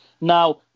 Now